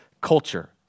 culture